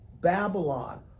Babylon